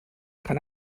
kann